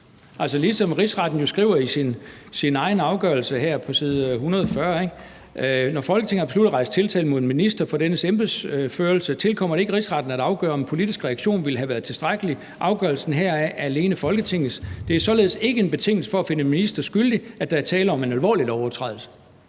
jo her på side 140 i sin egen afgørelse: »Når Folketinget har besluttet at rejse tiltale mod en minister for dennes embedsførelse, jf. grundlovens § 16, tilkommer det ikke Rigsretten at afgøre, om en politisk reaktion ville have været tilstrækkelig. Afgørelsen heraf er alene Folketingets. Det er således ikke en betingelse for at finde en minister skyldig, at der er tale om en alvorlig lovovertrædelse.«